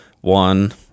one